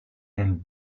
and